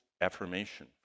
affirmation